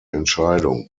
entscheidung